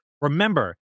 remember